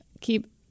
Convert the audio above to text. keep